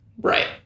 right